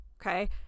Okay